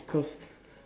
cause